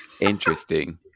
Interesting